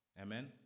Amen